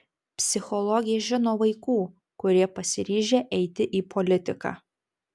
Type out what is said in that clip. psichologė žino vaikų kurie pasiryžę eiti į politiką